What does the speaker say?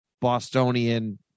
Bostonian